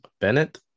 Bennett